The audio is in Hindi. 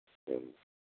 चलो